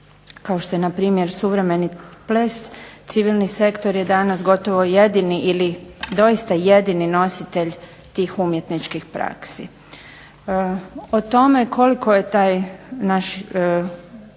kao što je na primjer suvremeni ples civilni sektor je danas gotovo jedini ili doista jedini nositelj tih umjetničkih praksi. O tome koliko je taj naš